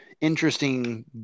interesting